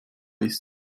ist